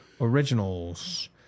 originals